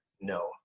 no